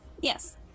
Yes